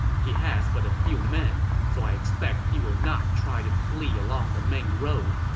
he has but a few men, so i expect he will not try to flee along the main road.